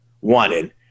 wanted